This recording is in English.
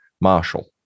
Marshall